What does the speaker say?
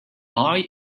eye